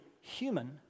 human